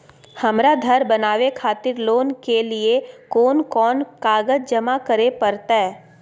हमरा धर बनावे खातिर लोन के लिए कोन कौन कागज जमा करे परतै?